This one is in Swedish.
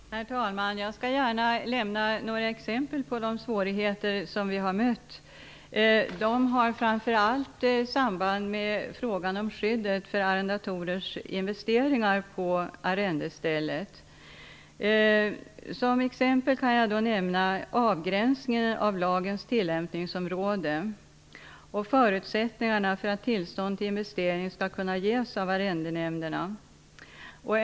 Herr talman! Jag lämnar gärna exempel på några av de svårigheter som vi mött. De har framför allt samband med frågan om skyddet för arrendatorers investeringar på arrendestället. Som exempel kan jag nämna avgränsningen av lagens tillämpningsområde och förutsättningarna för att tillstånd till investering skall kunna ges av arrendenämnderna.